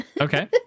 Okay